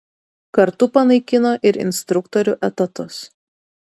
kartu panaikino ir instruktorių etatus